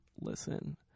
listen